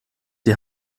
die